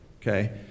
Okay